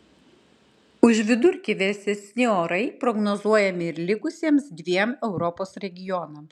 už vidurkį vėsesni orai prognozuojami ir likusiems dviem europos regionams